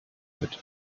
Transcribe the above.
fit